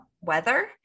weather